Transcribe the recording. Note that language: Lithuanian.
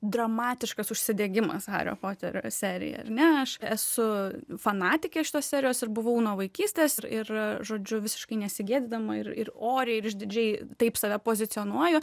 dramatiškas užsidegimas hario poterio serija ar ne aš esu fanatikė šitos serijos ir buvau nuo vaikystės ir ir žodžiu visiškai nesigėdydama ir ir oriai ir išdidžiai taip save pozicionuoju